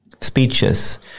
speeches